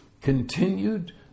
continued